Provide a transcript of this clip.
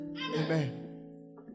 Amen